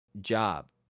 job